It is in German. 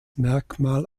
merkmal